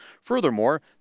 Furthermore